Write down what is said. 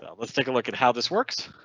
let's take a look at how this works.